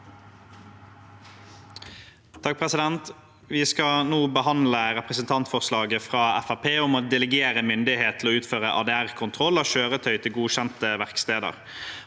for saken): Vi skal nå behandle representantforslaget fra Fremskrittspartiet om å delegere myndighet til å utføre ADR-kontroll av kjøretøy til godkjente verksteder.